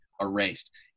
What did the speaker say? erased